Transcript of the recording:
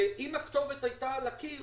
אם הכתובת הייתה על הקיר